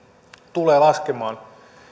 tulee laskemaan